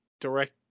direct